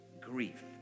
grief